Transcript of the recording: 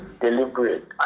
deliberate